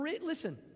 Listen